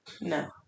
No